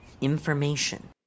Information